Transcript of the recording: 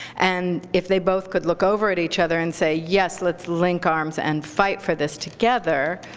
and if they both could look over at each other and say, yes, let's link arms and fight for this together,